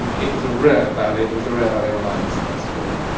um it was a rare ballet it was a rare ballet when i was first going,